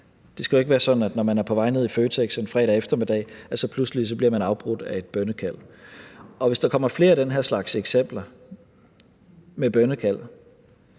Det skal jo ikke være sådan, at man, når man er på vej ned i Føtex en fredag eftermiddag, pludselig bliver afbrudt af et bønnekald. Og hvis der kommer flere af den her slags eksempler med bønnekald,